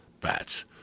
bats